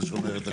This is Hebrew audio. שנה שומרת הכל.